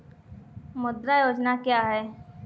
मुद्रा योजना क्या है?